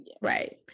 Right